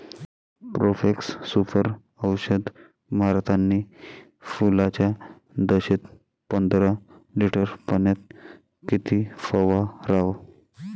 Profex Super औषध मारतानी फुलाच्या दशेत पंदरा लिटर पाण्यात किती फवाराव?